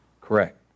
Correct